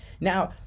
Now